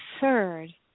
third